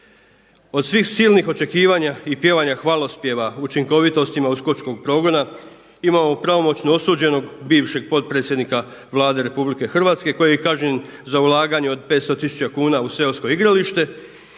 Od svih silnih očekivanja i pjevanja hvalospjeva o učinkovitostima uskočkog progona imamo pravomoćno osuđenog bivšeg potpredsjednika Vlade RH koji je kažnjen za ulaganje od 500 tisuća kuna u seosko igralište